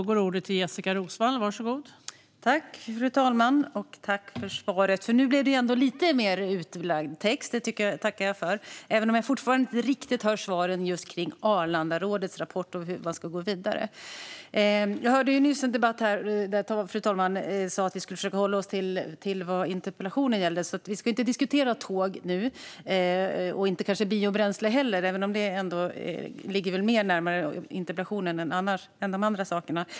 Fru talman! Nu blev det ändå en lite mer utvecklad text. Det tackar jag för, även om jag fortfarande inte riktigt hör svaren när det gäller just hur man ska gå vidare med Arlandarådets rapport. Jag hörde nyss en debatt där fru talmannen sa att vi ska försöka hålla oss till vad interpellationerna gäller, så vi ska inte diskutera tåg nu och kanske inte heller biobränsle, även om det ligger närmare interpellationen än de andra sakerna.